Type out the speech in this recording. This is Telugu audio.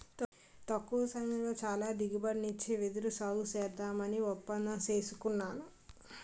తక్కువ సమయంలో చాలా దిగుబడినిచ్చే వెదురు సాగుసేద్దామని ఒప్పందం సేసుకున్నాను